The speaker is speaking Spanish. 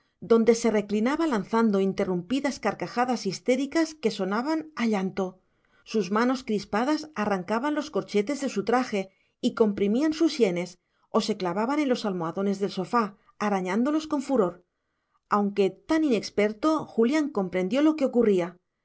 donde se reclinaba lanzando interrumpidas carcajadas histéricas que sonaban a llanto sus manos crispadas arrancaban los corchetes de su traje o comprimían sus sienes o se clavaban en los almohadones del sofá arañándolos con furor aunque tan inexperto julián comprendió lo que ocurría